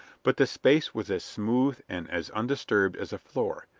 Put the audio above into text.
but the space was as smooth and as undisturbed as a floor,